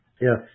Yes